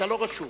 אתה לא רשום,